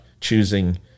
choosing